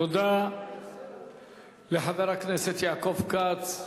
תודה לחבר הכנסת יעקב כץ.